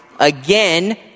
Again